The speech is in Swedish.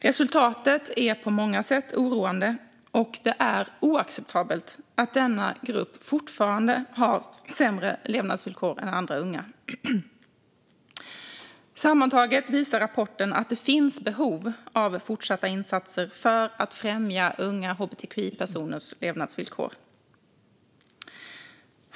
Resultaten är på många sätt oroande, och det är oacceptabelt att denna grupp fortfarande har sämre levnadsvillkor än andra unga. Sammantaget visar rapporten att det finns behov av fortsatta insatser för att främja unga hbtqi-personers levnadsvillkor.